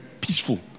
peaceful